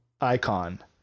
icon